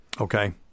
okay